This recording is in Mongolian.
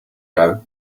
байв